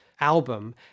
album